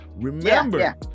remember